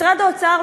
משרד האוצר,